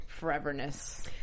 foreverness